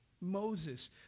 Moses